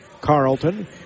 Carlton